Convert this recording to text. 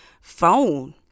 phone